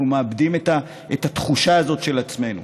אנחנו מאבדים את התחושה הזאת של עצמנו.